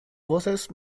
voces